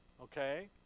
Okay